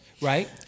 right